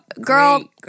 Girl